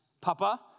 papa